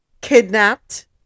kidnapped